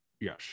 Yes